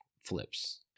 flips